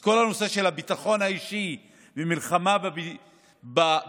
אז כל הנושא של הביטחון האישי והמלחמה בפשיעה